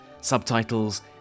subtitles